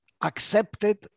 accepted